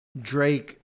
Drake